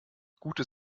gute